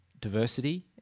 diversity